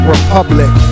Republic